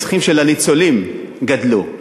הצרכים של הניצולים גדלו.